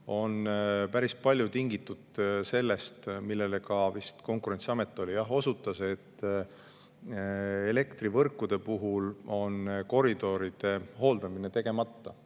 on päris palju tingitud sellest, millele ka vist Konkurentsiamet osutas, et elektrivõrkude puhul on koridoride hooldamine tegemata.